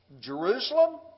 Jerusalem